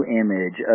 image